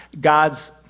God's